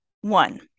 One